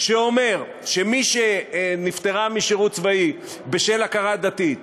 שאומר שמי שנפטרה משירות צבאי בשל הכרה דתית